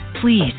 please